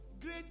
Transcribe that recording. great